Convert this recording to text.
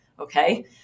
okay